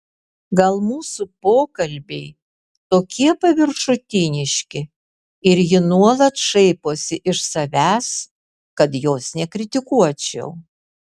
gal mūsų pokalbiai tokie paviršutiniški ir ji nuolat šaiposi iš savęs kad jos nekritikuočiau